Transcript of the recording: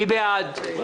מי בעד הרוויזיה?